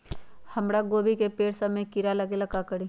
हमरा गोभी के पेड़ सब में किरा लग गेल का करी?